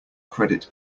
credit